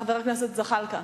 חבר הכנסת זחאלקה,